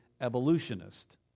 evolutionist